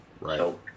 right